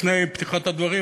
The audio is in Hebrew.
לפני פתיחת הדברים,